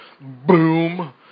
boom